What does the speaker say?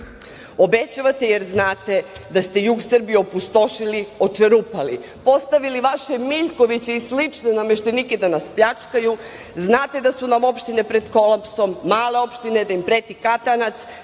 Obećavate jer znate da ste jug Srbije opustošili, očerupali. Postavili ste vašeg Miljkovića i slične nameštenike da nas pljačkaju. Znate da su nam opštine pred kolapsom, male opštine, da im preti katanac?